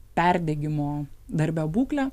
perdegimo darbe būklę